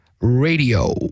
Radio